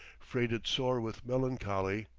freighted sore with melancholy.